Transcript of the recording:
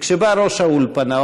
וכשבא ראש האולפנה,